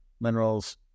minerals